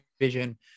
vision